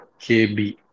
KB